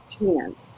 chance